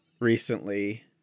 recently